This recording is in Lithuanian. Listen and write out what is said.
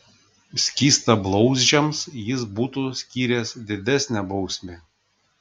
skystablauzdžiams jis būtų skyręs didesnę bausmę